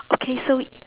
okay so